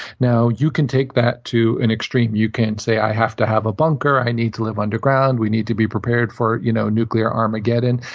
now, you can take that to an extreme. you can say, i have to have a bunker. i need to live underground. we need to be prepared for you know nuclear armageddon.